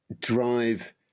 drive